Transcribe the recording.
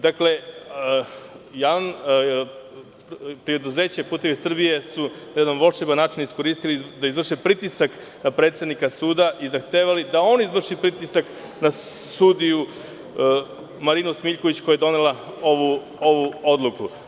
Preduzeće „Putevi Srbije“ su na jedan volšeban način iskoristili da izvrše pritisak na predsednika suda i zahtevali da on izvrši pritisak na sudiju Marinu Smiljković, koja je donela ovu odluku.